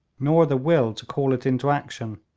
nor the will to call it into action,